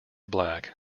black